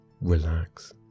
relax